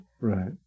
Right